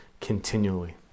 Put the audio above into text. continually